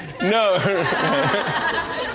No